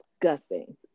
disgusting